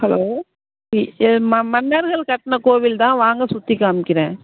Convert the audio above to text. hello எ ஏ ம மன்னர்கள் கட்டின கோவில் தான் வாங்க சுற்றிக் காமிக்கிறேன்